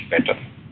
better